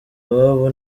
ababo